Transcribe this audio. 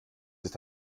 ist